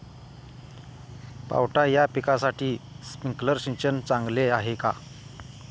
पावटा या पिकासाठी स्प्रिंकलर सिंचन चांगले आहे का?